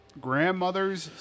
grandmother's